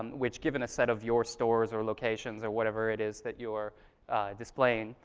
um which given a set of your stores or locations or whatever it is that you are displaying,